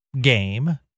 game